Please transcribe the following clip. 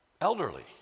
elderly